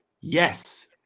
Yes